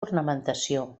ornamentació